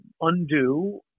undo